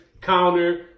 counter